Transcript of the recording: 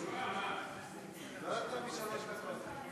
לא יותר משלוש דקות.